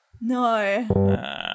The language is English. No